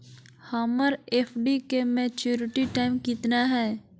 हमर एफ.डी के maturity time कितना है?